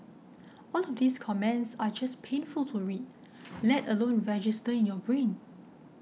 all of these comments are just painful to read let alone register in your brain